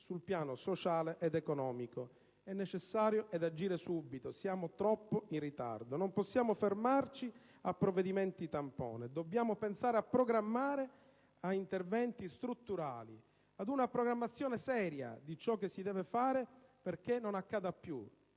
sul piano sociale ed economico. È necessario agire subito. Siamo troppo in ritardo. Non possiamo fermarci a provvedimenti tampone. Dobbiamo pensare a programmare interventi strutturali, pensare una programmazione seria degli interventi necessari perché vicende